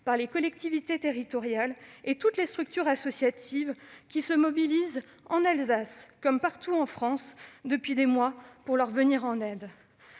les collectivités territoriales et toutes les structures associatives qui se mobilisent en Alsace, comme partout en France, depuis des mois, pour leur venir en aide.